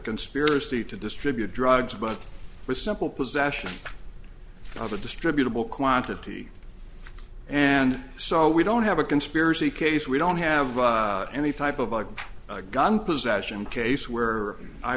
conspiracy to distribute drugs but with simple possession of a distributable quantity and so we don't have a conspiracy case we don't have any type of a gun possession case where i